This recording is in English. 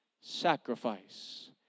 Sacrifice